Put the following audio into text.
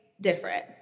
Different